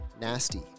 nasty